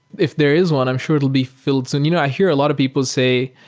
if there is one, i'm sure it will be fi lled soon. you know i hear a lot of people say,